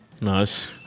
Nice